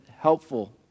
helpful